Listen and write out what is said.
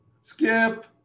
Skip